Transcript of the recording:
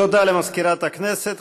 תודה למזכירת הכנסת.